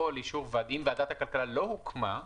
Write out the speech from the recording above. ואם ועדת הכלכלה לא הוקמה,